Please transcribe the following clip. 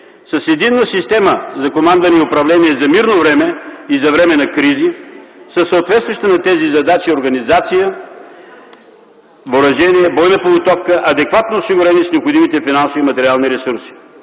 с единна система за командване и управление за мирно време и за време на кризи, със съответстваща на тези задачи организация, въоръжение, бойна подготовка, адекватно осигурени с необходими финансови и материални ресурси.